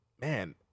man